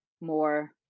more